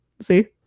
See